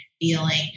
feeling